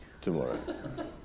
tomorrow